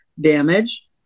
damage